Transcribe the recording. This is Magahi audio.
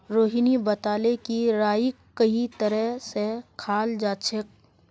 रोहिणी बताले कि राईक कई तरह स खाल जाछेक